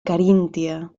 caríntia